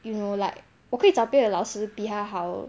you know like 我可以找别的老师比他好